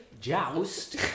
Joust